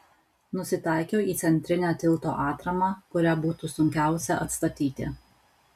nusitaikiau į centrinę tilto atramą kurią būtų sunkiausia atstatyti